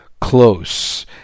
close